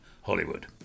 Hollywood